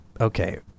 okay